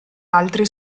altri